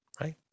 right